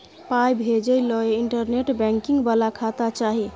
पाय भेजय लए इंटरनेट बैंकिंग बला खाता चाही